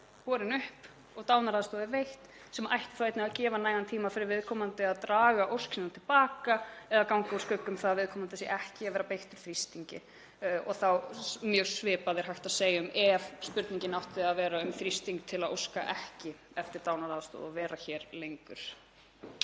borin upp og dánaraðstoð er veitt, sem ætti einnig að gefa nægan tíma fyrir viðkomandi til að draga ósk sína til baka eða ganga úr skugga um að viðkomandi sé ekki beittur þrýstingi. Mjög svipað er þá hægt að segja ef spurningin átti að vera um þrýsting til að óska ekki eftir dánaraðstoð og vera hér lengur.